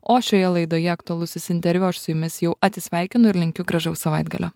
o šioje laidoje aktualusis interviu aš su jumis jau atsisveikinu ir linkiu gražaus savaitgalio